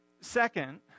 Second